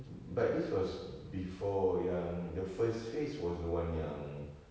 but this was before yang the first phase was the one yang